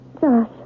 Josh